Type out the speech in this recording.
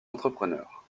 entrepreneurs